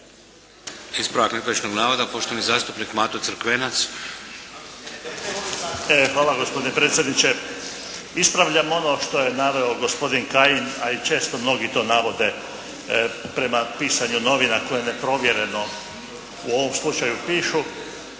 Hvala gospodine predsjedniče. Ispravljam ono što je naveo gospodin Kajin, a i često mnogi to navode prema pisanju novina koje neprovjereno u ovom slučaju pišu.